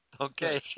okay